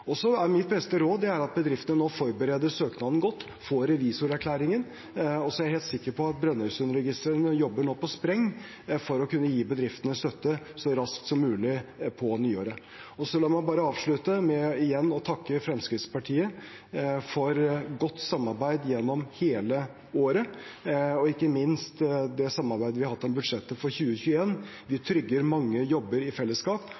Mitt beste råd er at bedriftene forbereder søknaden godt, får revisorerklæringen, og så er jeg helt sikker på at Brønnøysundregistrene nå jobber på spreng for å kunne gi bedriftene støtte så raskt som mulig på nyåret. La meg bare avslutte med igjen å takke Fremskrittspartiet for godt samarbeid gjennom hele året, og ikke minst det samarbeidet vi har hatt om budsjettet for 2021. Vi trygger mange jobber i fellesskap